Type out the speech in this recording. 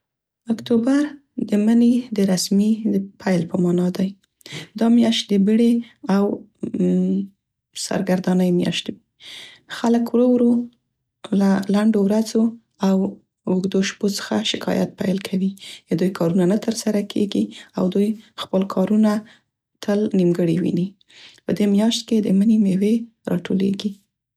اکتوبر د مني د رسمي پیل په معنا دی. دا میاشت د بیړې او سرګردانۍ میاشت وي. خلک ورو ورو له لنډو ورځو او اوږدو شپو څخه شکایت پیل کوي. د دوی کارونه نه ترسره کیږي او دوی خپل کارونه تل نیمګړي ویني. په دې میاشت کې د مني میوې راټولیږي.